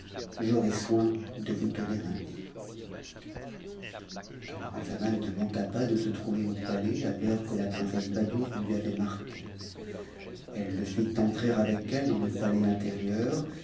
j'aurai soin de vous donner un lit camaralzaman ne manqua pas de se trouver au palais à l'heure que la princesse badoure lui avait marquée eue le fit entrer avec elle dans ie palais intérieur